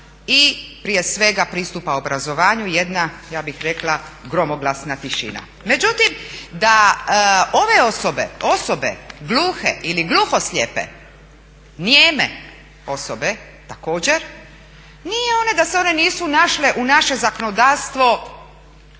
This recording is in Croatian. i prije svega pristupa obrazovanju jedna ja bih rekla gromoglasna tišina. Međutim, da ove osobe, osobe gluhe ili gluhoslijepe, nijeme osobe također nije da se one nisu našle u našem zakonodavstvu